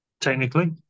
technically